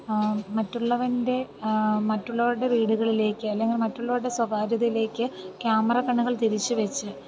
മറ്റുള്ളവൻ്റെ മറ്റുള്ളവരുടെ വീടുകളിലേക്ക് അല്ലെങ്കിൽ മറ്റുള്ളവരുടെ സ്വകാര്യതയിലേക്ക് ക്യാമറ കണ്ണുകൾ തിരിച്ച് വച്ച്